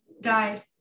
died